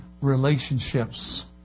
relationships